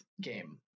game